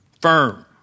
firm